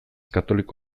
katoliko